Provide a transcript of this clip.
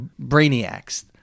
brainiacs